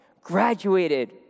graduated